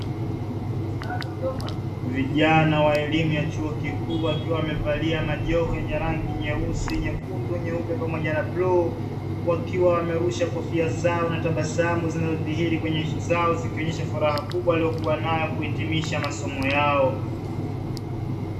Vijana wa elimu ya chuo kikuu wakiwa wamevalia majoho yenye rangi nyeusi, nyekundu pamoja na bluu, wakiwa wamerusha kofia zao na tabasamu zinazodhihiri kwenye nyuso zao, zikionyesha furaha ya kuhitimisha masomo yao.